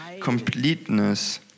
completeness